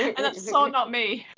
and that is so not me.